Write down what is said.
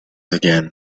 again